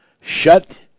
shut